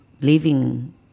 living